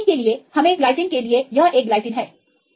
तो एलनिन के लिए हमें ग्लाइसीन के लिए यह एक ग्लाइसिन है